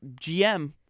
GM